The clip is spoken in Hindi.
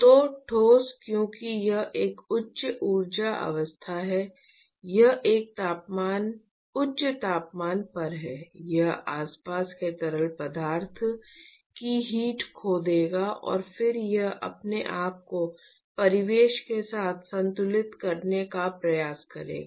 तो ठोस क्योंकि यह एक उच्च ऊर्जा अवस्था में है यह एक उच्च तापमान पर है यह आसपास के तरल पदार्थ की हीट खो देगा और फिर यह अपने आप को परिवेश के साथ संतुलित करने का प्रयास करेगा